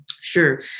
Sure